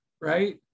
right